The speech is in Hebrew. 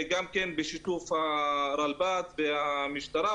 גם כן בשיתוף הרלב"ד והמשטרה,